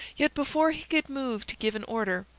yet before he could move to give an order,